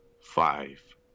five